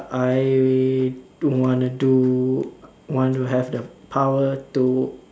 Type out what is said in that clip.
uh I do want to do want to have the power to